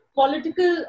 political